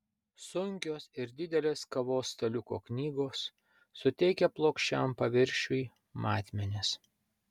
sunkios ir didelės kavos staliuko knygos suteikia plokščiam paviršiui matmenis